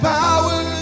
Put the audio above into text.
power